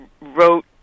wrote